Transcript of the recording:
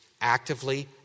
actively